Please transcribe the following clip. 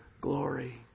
glory